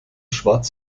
schwarz